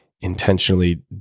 intentionally